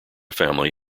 family